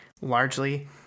largely